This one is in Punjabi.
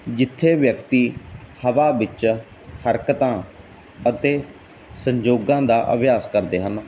ਜਿੱਥੇ ਵਿਅਕਤੀ ਹਵਾ ਵਿੱਚ ਹਰਕਤਾਂ ਅਤੇ ਸੰਯੋਗਾਂ ਦਾ ਅਭਿਆਸ ਕਰਦੇ ਹਨ